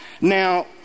Now